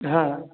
हाँ